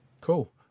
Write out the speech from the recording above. Cool